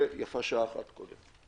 ויפה שעה אחת קודם.